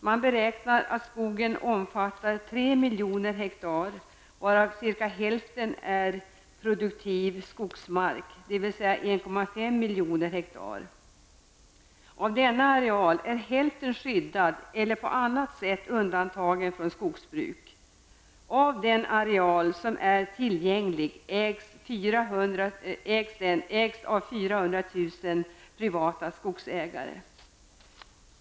Man beräknar att skogen omfattar miljoner hektar, är produktiv skogsmark. Av denna areal är hälften skyddad eller på annat sätt undantagen från skogsbruk. Av den areal som är tillgänglig ägs 400 000 ha av privata skogsägare.